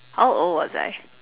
how old was I